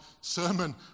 sermon